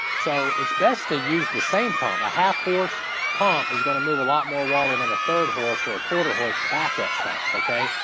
so it's best to use the same pump. my half-horse pump is going to move a lot more water than a third-horse or a quarter-horse backup pump, okay?